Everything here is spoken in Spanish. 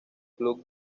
club